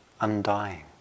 undying